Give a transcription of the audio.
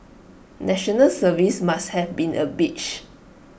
National Service must have been A bitch